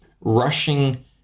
rushing